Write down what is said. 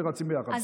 ורצים ביחד,